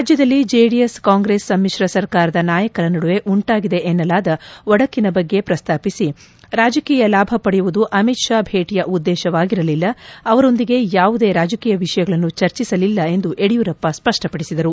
ರಾಜ್ಯದಲ್ಲಿ ಜೆಡಿಎಸ್ ಕಾಂಗ್ರೆಸ್ ಸಮ್ಮಿಶ್ರ ಸರ್ಕಾರದ ನಾಯಕರ ನದುವೆ ಉಂಟಾಗಿದೆ ಎನ್ನಲಾದ ಒಡಕಿನ ಬಗ್ಗೆ ಪ್ರಸ್ತಾಪಿಸಿ ರಾಜಕೀಯ ಲಾಭ ಪಡೆಯುವುದು ಅಮಿತ್ ಷಾ ಭೇಟಿಯ ಉದ್ದೇಶವಾಗಿರಲಿಲ್ಲ ಅವರೊಂದಿಗೆ ಯಾವುದೇ ರಾಜಕೀಯ ವಿಷಯಗಳನ್ನು ಚರ್ಚಿಸಲಿಲ್ಲ ಎಂದು ಯಡಿಯೂರಪ್ಪ ಸ್ವಷ್ವಪಡಿಸಿದರು